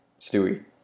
Stewie